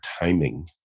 timing